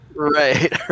Right